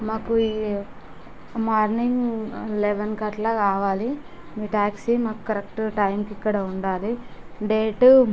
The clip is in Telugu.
మాకు మార్నింగ్ లెవెన్కి అలా కావాలి మీ టాక్సీ మాకు కరెక్ట్ టైంకి ఇక్కడ ఉండాలి డేటు